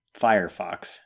Firefox